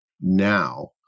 now